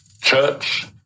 church